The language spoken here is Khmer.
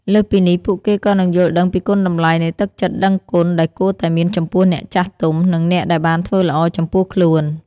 លើសពីនេះ ពួកគេក៏នឹងយល់ដឹងពីគុណតម្លៃនៃទឹកចិត្តដឹងគុណដែលគួរតែមានចំពោះអ្នកចាស់ទុំ និងអ្នកដែលបានធ្វើល្អចំពោះខ្លួន។